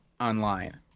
online